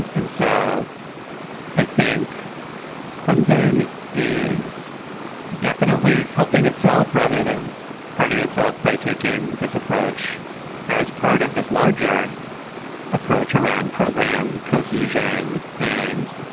and so i think clemson is definitely helping itself rather than hurting itself by taking this approach as part of this larger approach around program cohesion. and